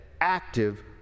active